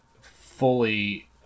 Fully